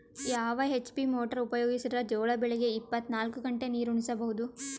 ಯಾವ HP motor ಉಪಯೋಗಿಸಿದರ ಜೋಳ ಬೆಳಿಗ ಇಪ್ಪತ ನಾಲ್ಕು ಗಂಟೆ ನೀರಿ ಉಣಿಸ ಬಹುದು?